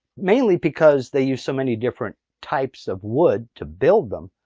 mainly because they used so many different types of wood to build them.